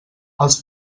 els